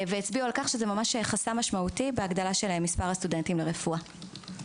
והצביעו על כך שזהו חסם משמעותי בהגדלה של מספר הסטודנטים לרפואה.